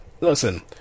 Listen